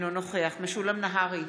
אינו נוכח משולם נהרי,